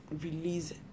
release